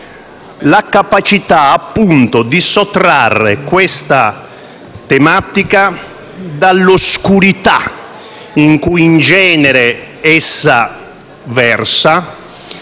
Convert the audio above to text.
alla capacità di sottrarre questa tematica dall'oscurità in cui in genere essa versa